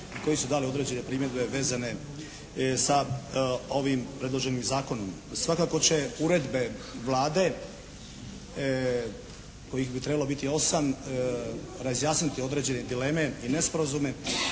koji su dali određene primjedbe vezane sa ovim predloženim zakonom. Svakako će uredbe Vlade kojih bi trebalo biti osam razjasniti određene dileme i nesporazume